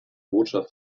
botschaft